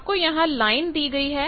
आपको यहां लाइन दी गई है